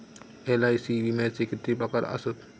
LIC विम्याचे किती प्रकार आसत?